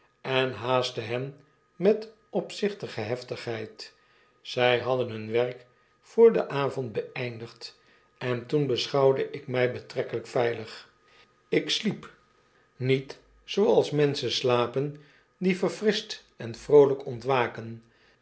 en haastte hen met opzinnige heftigheid zy hadden hun werk voor den avond geeindigd en toen beschouwde ik my betrekkelyk veilig ik sliep niet zooals menschen slapen die verfrischt en vroolijk